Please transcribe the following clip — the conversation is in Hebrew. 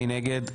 7 נגד,